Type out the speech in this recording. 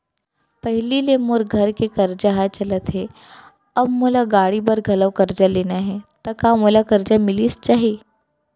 पहिली ले मोर घर के करजा ह चलत हे, अब मोला गाड़ी बर घलव करजा लेना हे ता का मोला करजा मिलिस जाही?